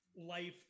life